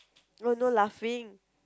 oh no laughing